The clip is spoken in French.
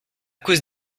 cause